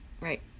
Right